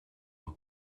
will